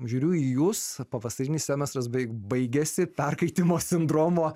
žiūriu į jus pavasarinis semestras beveik baigiasi perkaitimo sindromo